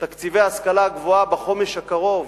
תקציבי ההשכלה הגבוהה בחומש הקרוב,